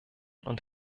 und